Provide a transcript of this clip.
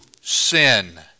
sin